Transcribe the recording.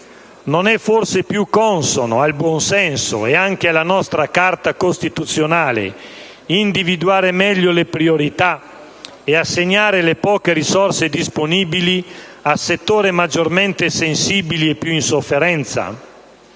Non è forse più consono al buon senso e anche alla nostra Carta costituzionale individuare meglio le priorità e assegnare le poche risorse disponibili a settori maggiormente sensibili e più in sofferenza?